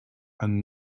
and